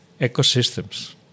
ecosystems